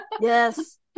Yes